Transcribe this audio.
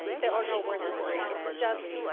there are no words for it, it's just,